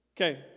Okay